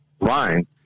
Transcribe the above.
line